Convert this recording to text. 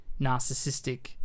narcissistic